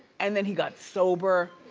and then he got sober,